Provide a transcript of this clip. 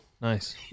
Nice